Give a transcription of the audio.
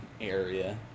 area